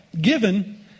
given